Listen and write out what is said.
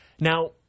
Now